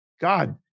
God